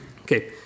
Okay